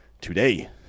today